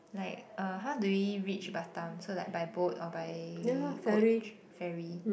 like uh how do we reach Batam so like by boat or by coach ferry